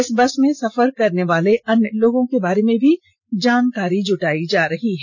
इस बस में सफर करने वाले अन्य लोगों के बारे में भी जानकारी जुटाई जा रही है